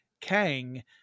Kang